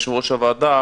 יושב-ראש הוועדה,